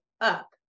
up